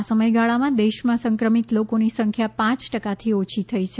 આ સમયગાળામાં દેશમાં સંક્રમિત લોકોની સંખ્યા પાંચ ટકાથી ઓછી થઈ છે